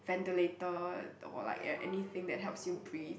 ventilator or like anything that helps you breath